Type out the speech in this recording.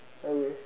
okay